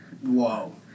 Whoa